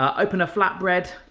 um open a flat bread.